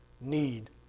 need